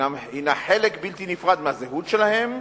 היא חלק בלתי נפרד מהזהות שלהם,